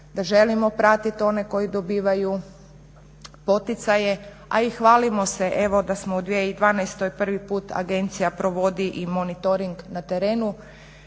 da želimo pratit one koji dobivaju poticaje, a i hvalimo se evo da smo u 2012. prvi put agencija provodi i monitoring na terenu,